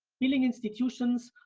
building institutions,